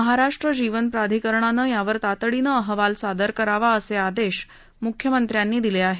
महाराष्ट्र जीवन प्राधिकरणानं यावर तातडीनं अहवाल सादर करावा असे आदेश मुख्यमंत्र्यांनी दिले आहेत